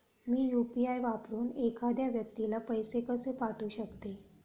मी UPI वापरून एखाद्या व्यक्तीला पैसे कसे पाठवू शकते?